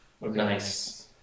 Nice